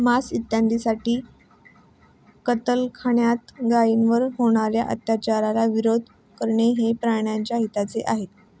मांस इत्यादींसाठी कत्तलखान्यात गायींवर होणार्या अत्याचाराला विरोध करणे हे प्राण्याच्या हिताचे आहे